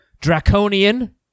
draconian